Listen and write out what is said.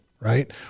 Right